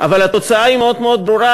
אבל התוצאה היא מאוד מאוד ברורה,